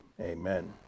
Amen